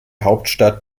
hauptstadt